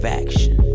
action